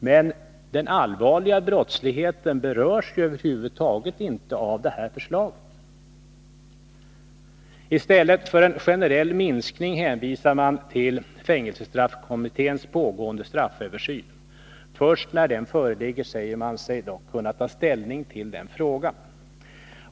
Men den allvarliga brottsligheten berörs ju över huvud taget inte av det här förslaget. I reservationen hänvisas till fängelsestraffkommitténs pågående strafföversyn, och man säger sig kunna ta ställning till frågan först när resultatet av den föreligger.